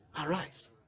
Arise